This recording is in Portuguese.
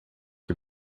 que